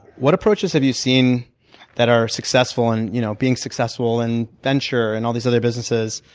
what approaches have you seen that are successful in you know being successful in venture, and all these other businesses?